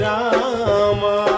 Rama